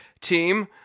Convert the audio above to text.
team